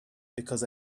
because